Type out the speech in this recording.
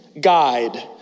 guide